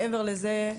מעבר לזה,